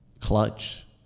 Clutch